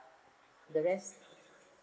the rest